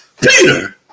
Peter